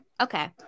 Okay